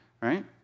right